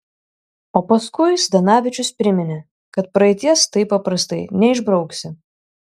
o paskui zdanavičius priminė kad praeities taip paprastai neišbrauksi